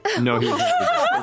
No